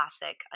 classic